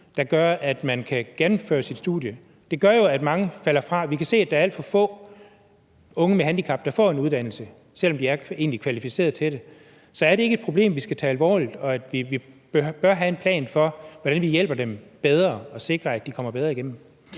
der gør, at man kan gennemføre sit studie? Det gør jo, at mange falder fra. Vi kan se, at der er alt for få unge med handicap, der får en uddannelse, selv om de egentlig er kvalificerede til det. Så er det ikke et problem, vi skal tage alvorligt, og bør vi ikke have en plan for, hvordan vi hjælper dem bedre og sikrer, at de kommer bedre igennem?